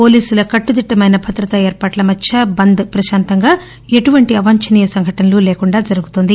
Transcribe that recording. పోలీసుల కట్టుదిట్టమైన భద్రతా ఏర్పాట్ల మధ్య బంద్ ప్రశాంతంగా ఎటువంటి అవాంఛనీయ సంఘటనలు లేకుండా జరుగుతోంది